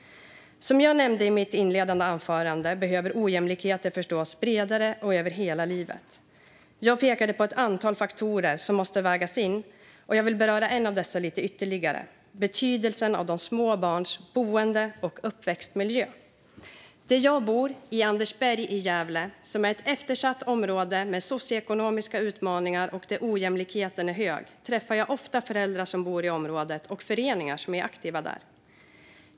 Som jag nämnde i mitt inledande anförande behöver ojämlikheter förstås bredare och över hela livet. Jag pekade på ett antal faktorer som måste vägas in, och jag vill beröra en av dessa lite ytterligare, nämligen betydelsen av små barns boende och uppväxtmiljö. Jag bor i Andersberg i Gävle. Det är ett eftersatt område med socioekonomiska utmaningar där ojämlikheten är hög. Jag träffar ofta föräldrar som bor i området och föreningar som är aktiva där.